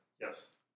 yes